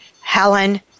Helen